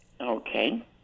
Okay